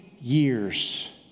years